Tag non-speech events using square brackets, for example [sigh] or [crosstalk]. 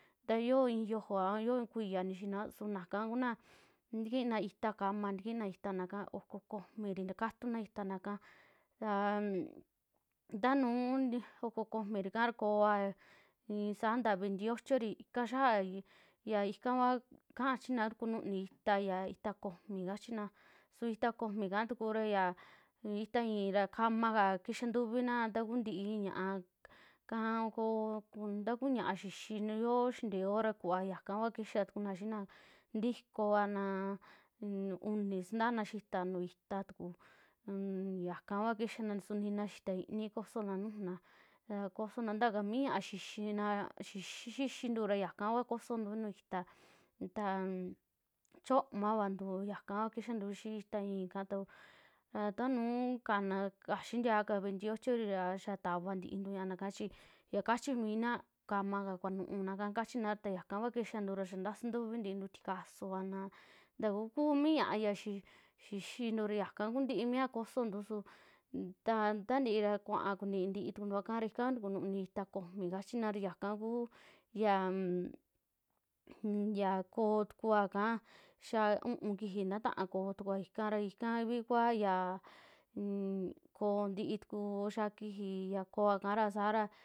Taa yioo i'i yiojova, a yioo i'i kuiya nixiina su naka kunaa ntikiina ita'a, kama ntikiina ita'ana oko komiri ntakatuna itanaka tan tanuu, oko komirika kooa i'i saa nta veintiochori xiaa yaka kua kaachina kununi ita'a, ita'a ya koomi kachina, su ita koomi katukura xaa ita'a i'in ra kama ka kixaa ntuvina taa kuuntii ñaaka un koo, ntaa kuu ñiaa xixinio xintieo ra kuaaka kua kixaa tukuna xiina, ntikooana un uni sintaana xi'ita nuu ita'a tuku an yaka kua kixana, su nina xi'ita inii kosona nujuna ya kosona ntakami ña'a xixina, xi xixintu yaka kua kosontu nuju ita'a tan chiomavantu yakava kixantu xii itaa i'in kaatu tanuu kana kaxii ntiaka veintiochori ra xaa tavantintu ñia'a naka, chi ya kachimina kamaka kuanu'u naka kachina, yaka kua kixantura yaa ntasa ntuvintu tiintu tikasuvana ntaku ku'u mi ña'a ya xixintuu ra yaka kunti'i mia kosontu, su ta taanti ra kuaa kuniintii tukuntua ikara ika ntukununi ita'a komi kachina ra yaka kuu yian [hesitation] ya koo tukua ika xaa u'un kijii ntataa tuku ko'o kara, ikavi kua ya unn koo ntituku xiaa kiji ya kooaka ra saara.